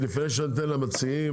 לפני שאנחנו ניתן למציעים,